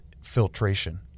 filtration